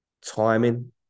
timing